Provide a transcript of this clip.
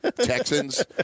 Texans